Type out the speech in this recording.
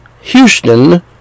Houston